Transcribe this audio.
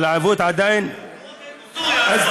אבל העיוות עדיין, סוריה, רק,